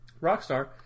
Rockstar